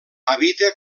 habita